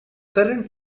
current